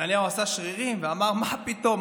ונתניהו עשה שרירים ואמר: מה פתאום?